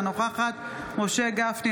אינה נוכחת משה גפני,